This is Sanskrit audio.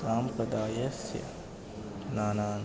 सम्प्रदायस्य नानान्